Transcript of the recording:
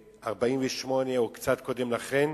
ב-1948 או קצת קודם לכן,